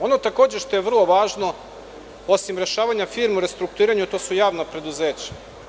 Ono što je vrlo važno, osim rešavanja firmi u restrukturiranju, to su javna preduzeća.